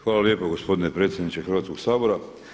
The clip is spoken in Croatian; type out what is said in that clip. Hvala lijepo gospodine predsjedniče Hrvatskog sabora.